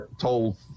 told